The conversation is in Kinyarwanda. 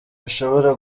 bishobora